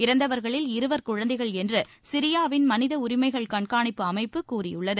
இறந்தவர்களில் இருவர் குழந்தைகள் என்று சிரியாவின் மனித உரிமைகள் கண்காணிப்பு அமைப்பு கூறியுள்ளது